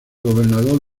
gobernador